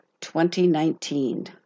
2019